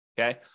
okay